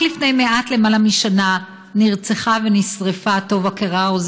רק לפני מעט למעלה משנה נרצחה ונשרפה טובה קררו,